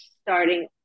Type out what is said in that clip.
starting